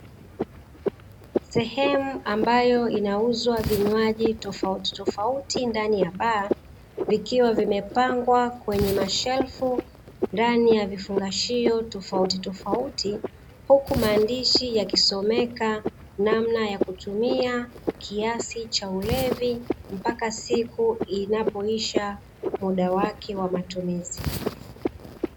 Sehemu ambayo inauzwa vinywaji tofauti tofauti ndani ya baa vikiwa vimepangwa kwenye mashelfu ndani ya vifungashio tofauti tofauti, huku maandishi yakisomeka namna ya kutumia, kiasi cha ulevi mpaka siku inapoisha muda wake wa matumizi.